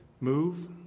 move